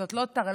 זאת לא טרללת?